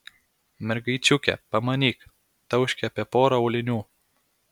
mergaičiukė pamanyk tauškia apie porą aulinių